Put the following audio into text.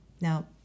Now